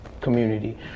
community